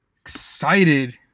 Excited